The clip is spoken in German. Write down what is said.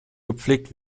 gepflegt